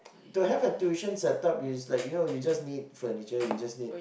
to have a tuition set up is like you know you just need like furniture you just need